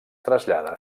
trasllada